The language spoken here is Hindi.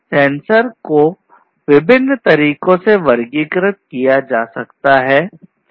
सेंसर को विभिन्न तरीकों से वर्गीकृत किया जा सकता है